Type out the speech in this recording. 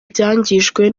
byangijwe